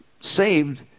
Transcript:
saved